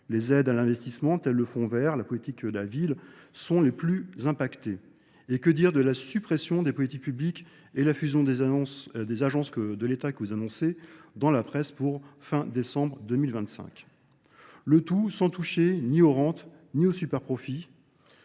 Les aides à l'investissement, tel le fond vert, la politique de la ville, sont les plus impactées. Et que dire de la suppression des politiques publiques et la fusion des agences de l'État que vous annoncez dans la presse pour fin décembre 2025. Le tout sans toucher ni aux rentes, ni au super-profit.